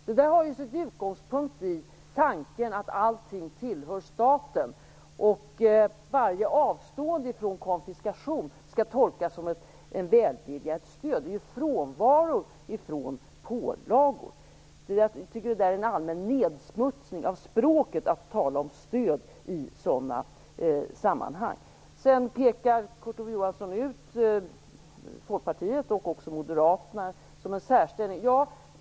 Detta har sin utgångspunkt i tanken att allting tillhör staten och att varje avstående från konfiskation skall tolkas som en välvilja och ett stöd. Det är ju frånvaro av pålagor det är fråga om! Jag tycker att det är en allmän nedsmutsning av språket att tala om stöd i sådana sammanhang. Kurt Ove Johansson pekar ut Folkpartiet och även Moderaterna och säger att de har en särställning.